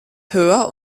höher